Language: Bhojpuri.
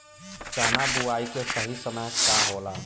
चना बुआई के सही समय का होला?